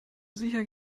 sicher